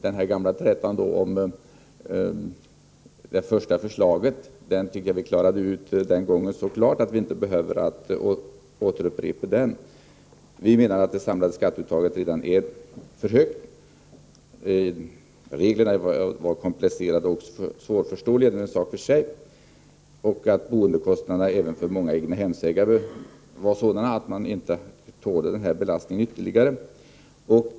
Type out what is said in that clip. Den gamla trätan om det första förslaget klarade vi upp den gången, varför vi nu inte behöver upprepa de argumenten. Vi menar att det samlade skatteuttaget redan är för högt, att reglerna är komplicerade och svårförståeliga — det är en sak för sig — samt att boendekostnaderna även för många egnahemsägare var så höga att de inte tålde denna ytterligare belastning.